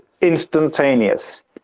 instantaneous